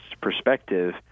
perspective